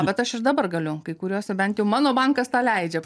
bet aš ir dabar galiu kai kuriuose bent jau mano bankas tą leidžia